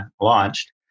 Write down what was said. launched